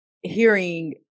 hearing